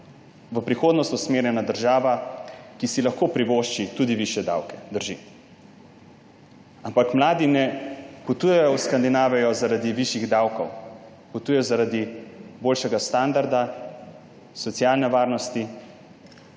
v prihodnost usmerjena država, ki si lahko privošči tudi višje davke. Drži. Ampak mladi ne potujejo v Skandinavijo zaradi višjih davkov, potujejo zaradi boljšega standarda, socialne varnosti,